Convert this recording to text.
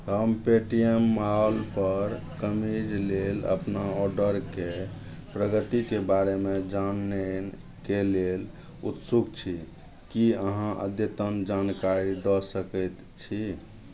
हम पेटीएम मॉलपर कमीज लेल अपना ऑर्डरके प्रगतिके बारेमे जानयके लेल उत्सुक छी की अहाँ अद्यतन जानकारी दऽ सकैत छी